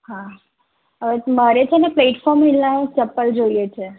હા મારે છે ને પ્લેટફોર્મ હિલના ચપ્પલ જોઈએ છે